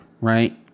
right